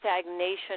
stagnation